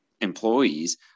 employees